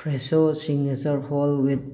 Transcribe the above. Fresho signature whole with